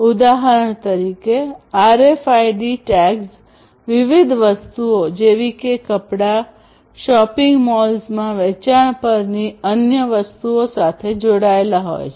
ઉદાહરણ તરીકે RFID tags વિવિધ વસ્તુઓ જેવી કે કપડાં શોપિંગ મોલ્સમાં વેચાણ પરની અન્ય વસ્તુઓ સાથે જોડાયેલા હોય છે